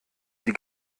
die